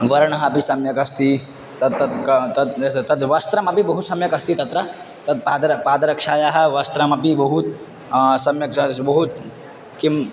वर्णः अपि सम्यक् अस्ति तत्तत् क तद् तद् वस्त्रमपि बहु सम्यक् अस्ति तत्र तत् पादर पादरक्षायाः वस्त्रमपि बहु सम्यक् बहु किम्